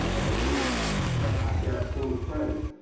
so one of pat garrett's former friends.